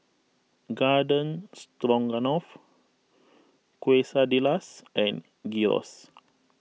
Garden Stroganoff Quesadillas and Gyros